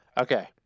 Okay